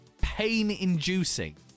pain-inducing